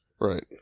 Right